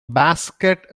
basket